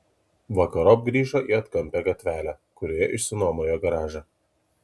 vakarop grįžo į atkampią gatvelę kurioje išsinuomojo garažą